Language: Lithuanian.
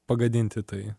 pagadinti tai